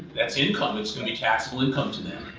that's income, it's gonna be taxable income to them.